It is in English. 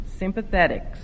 sympathetics